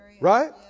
Right